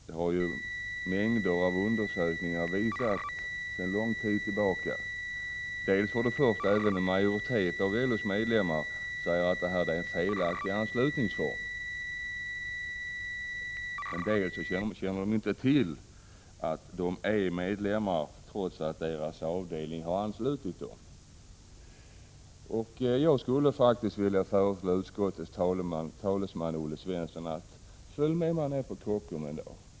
Det har mängder av undersökningar visat sedan lång tid tillbaka. Vi har också hört en majoritet av LO:s medlemmar säga att detta är en felaktig anslutningsform. En del av dem känner inte till att de är medlemmar, trots att deras avdelning har anslutit dem. Jag skulle faktiskt vilja föreslå utskottets talesman Olle Svensson att följa med ner på Kockums en dag.